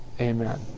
Amen